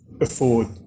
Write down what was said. afford